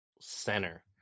center